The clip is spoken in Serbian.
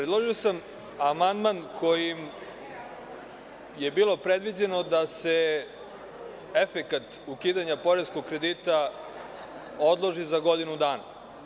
Predložio sam amandman kojim je bilo predviđeno da se efekat ukidanja poreskog kredita odloži za godinu dana.